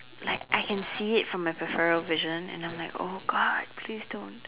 like I can see it from my peripheral vision and I'm like !oh-God! please don't